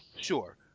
sure